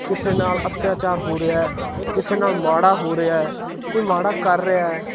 ਕਿਸੇ ਨਾਲ ਅੱਤਿਆਚਾਰ ਹੋ ਰਿਹਾ ਕਿਸੇ ਨਾਲ ਮਾੜਾ ਹੋ ਰਿਹਾ ਕੋਈ ਮਾੜਾ ਕਰ ਰਿਹਾ